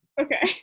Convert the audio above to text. Okay